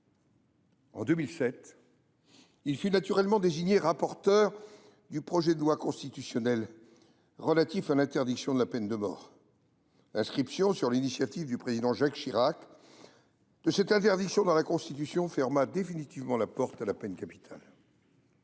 En 2007, il fut naturellement désigné rapporteur du projet de loi constitutionnelle relatif à l’interdiction de la peine de mort. L’inscription, sur l’initiative du Président Jacques Chirac, de cette interdiction dans la Constitution ferma définitivement la porte à la peine capitale.